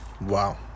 Wow